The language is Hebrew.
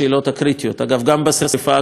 אגב, גם בשרפה הגדולה שהייתה,